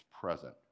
present